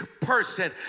person